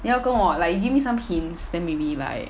你要跟我 like give me some hints then maybe like